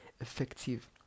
effective